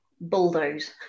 bulldoze